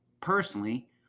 Personally